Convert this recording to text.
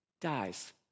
dies